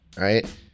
right